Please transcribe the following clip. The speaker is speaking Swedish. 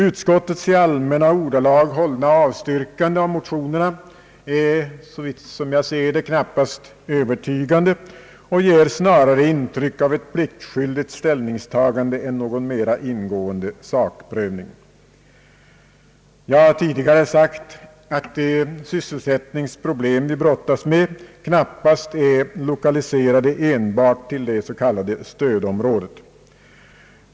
Utskottets i allmänna ordalag hållna avstyrkande av motionerna är, som jag ser det, knappast övertygande och ger snarare intryck av ett pliktskyldigt ställningstagande än av någon mera ingående sakprövning. Jag har tidigare sagt att de sysselsättningsproblem vi brottas med knappast är lokaliserade enbart till det s.k. stödområdet.